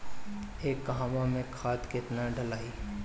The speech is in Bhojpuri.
एक कहवा मे खाद केतना ढालाई?